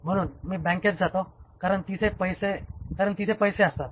म्हणून मी बँकेत जातो कारण तिथे पैसे असतात